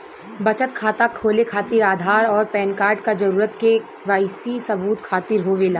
बचत खाता खोले खातिर आधार और पैनकार्ड क जरूरत के वाइ सी सबूत खातिर होवेला